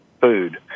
food